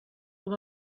com